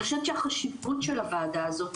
אני חושבת שהחשיבות של הוועדה הזאת,